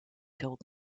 told